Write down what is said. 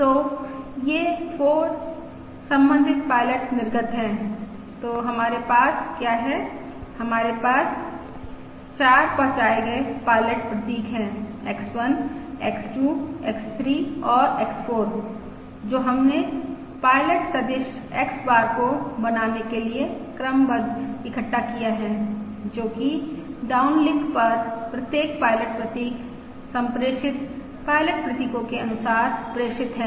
तो ये 4 संबंधित पायलट निर्गत हैं तो हमारे पास क्या हैं हमारे पास 4 पहुँचाये गए पायलट प्रतीक हैं X1 X2 X3 और X4 जो हमने पायलट सदिश X बार को बनाने के लिए क्रमबद्ध इक्कठा किया है जो कि डाउनलिंक पर प्रत्येक पायलट प्रतीक सम्प्रेषित पायलट प्रतीकों के अनुसार प्रेषित है